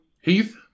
Heath